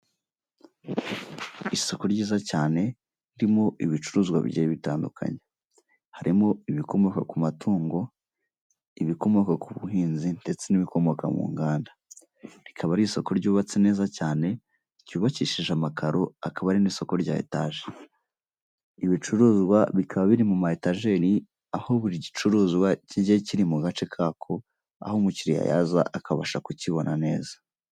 Isoko ryiza cyane ririmo ibicuruzwa bigiye bitandukanye harimo: ibikomoka ku matungo, ibikomoka ku buhinzi, ndetse n'ibikomoka mu nganda. Rikaba ari isoko ryubatse neza cyane ryubakishije amakaro akaba ari n'isoko rya etaje, ibicuruzwa bikaba biririmo mayitajeri aho buri gicuruzwa kijya kiri mu gace kako aho umukiriya yaza akabasha kukibona neza.